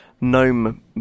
Gnome